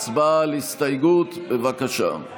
הצבעה על ההסתייגות, בבקשה.